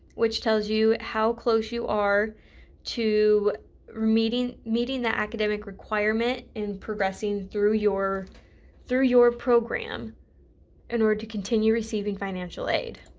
which tells you how close you are to meeting meeting that academic requirement in progressing through through your program in order to continue receiving financial aid